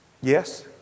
yes